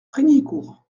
frignicourt